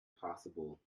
possible